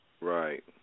Right